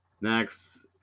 next